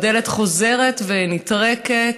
הדלת חוזרת ונטרקת,